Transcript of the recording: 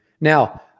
Now